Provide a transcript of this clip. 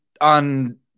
on